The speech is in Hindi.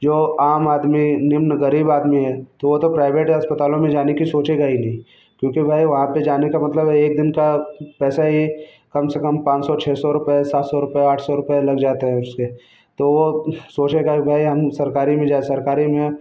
जो आम आदमी निम्न गरीब आदमी है तो वह तो प्राइवेट अस्पतालों में जाने की सोचेगा ही नहीं क्योंकि भाई वहाँ पर जाने का मतलब है एक दिन का पैसा ही कम से कम पाँच सौ छः सौ रुपये सात सौ रुपये आठ सौ रुपये लग जाते हैं उसके तो वह सोचेगा कि भाई हम सरकारी में जाए सरकारी में